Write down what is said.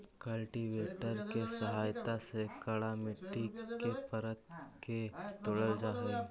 cultivator के सहायता से कड़ा मट्टी के परत के तोड़ल जा हई